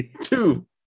two